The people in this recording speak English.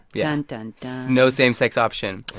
yeah. and and no same-sex option,